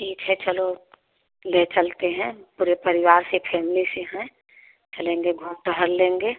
ठीक है चलो ले चलते हैं पूरे परिवार से फेमिली से हैं चलेंगे घूम टहल लेंगे